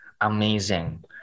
Amazing